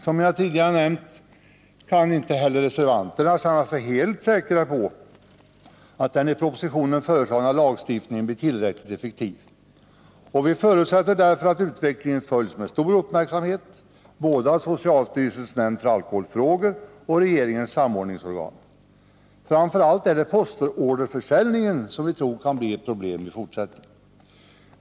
Som jag tidigare nämnt kan inte heller reservanterna känna sig helt säkra på att den i propositionen föreslagna lagstiftningen blir tillräckligt effektiv. Vi förutsätter därför att utvecklingen följs med stor uppmärksamhet både från socialstyrelsens nämnd för alkohoifrågor och från regeringens samordningsorgan. Framför allt är det postorderförsäljningen som vi tror kan bli ett problem i fortsättningen.